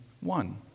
one